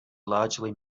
largely